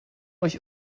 euch